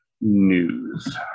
news